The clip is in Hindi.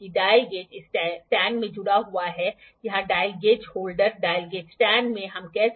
यह एक साधारण प्रोट्रेकटर है जहां और जिसे हम केंद्र में लगाते हैं स्कूल के दिनों में हम इसका इस्तेमाल करते हैं